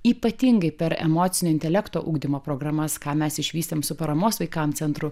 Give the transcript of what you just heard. ypatingai per emocinio intelekto ugdymo programas ką mes išvystėm su paramos vaikams centru